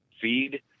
feed